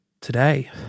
today